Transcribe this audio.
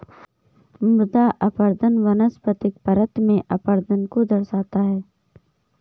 मृदा अपरदन वनस्पतिक परत में अपरदन को दर्शाता है